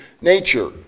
nature